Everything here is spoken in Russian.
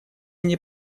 они